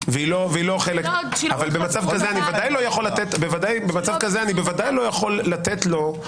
אבל במצב כזה אני בוודאי לא יכול לתת לו,